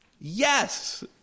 Yes